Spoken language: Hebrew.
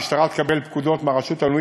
המשטרה תקבל פקודות מהרשות הלאומית